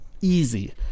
easy